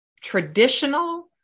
traditional